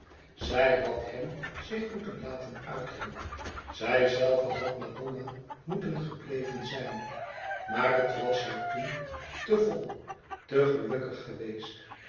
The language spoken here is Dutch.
zij had hèm zich moeten laten uiten zijzelve had madonna moeten gebleven zijn maar het was haar toen te vol te gelukkig geweest